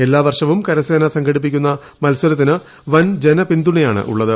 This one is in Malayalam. എല്ലാ വർഷവും കരസേന സംഘടിപ്പിക്കുന്ന മത്സരത്തിന് വൻ ജനപിന്തുണയാണുള്ളത്